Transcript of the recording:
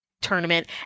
tournament